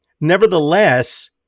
Nevertheless